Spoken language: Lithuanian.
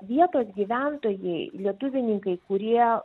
vietos gyventojai lietuvininkai kurie